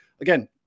again